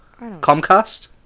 Comcast